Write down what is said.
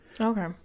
Okay